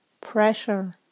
pressure